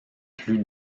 plus